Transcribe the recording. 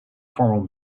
formal